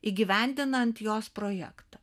įgyvendinant jos projektą